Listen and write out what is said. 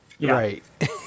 Right